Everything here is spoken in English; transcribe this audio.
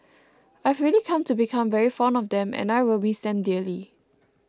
I've really come to become very fond of them and I will miss them dearly